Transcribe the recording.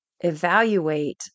evaluate